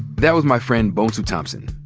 that was my friend bonsu thompson.